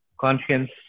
conscience